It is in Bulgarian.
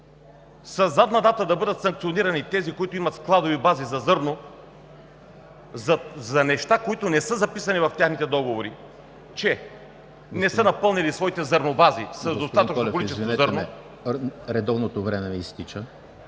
задна дата да бъдат санкционирани тези, които имат складови бази за зърно, за неща, които не са записани в техните договори, че не са напълнили своите зърнобази с достатъчно количество зърно…